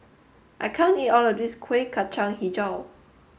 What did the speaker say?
I can't eat all of this Kueh Kacang Hijau